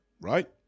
right